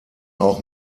auch